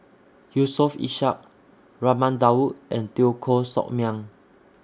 Yusof Ishak Raman Daud and Teo Koh Sock Miang